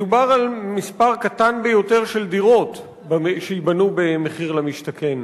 מדובר על מספר קטן ביותר של דירות שייבנו במחיר למשתכן.